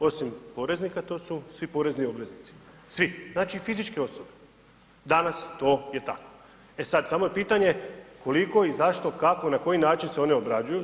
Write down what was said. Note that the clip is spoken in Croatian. Osim poreznika, to su svi porezni obveznici, svi, znači i fizičke osobe, danas to je tako, e sad samo je pitanje koliko i zašto, kako, na koji način se one obrađuju?